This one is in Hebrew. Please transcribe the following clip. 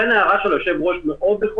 לכן ההערה של היושב-ראש נכונה מאוד.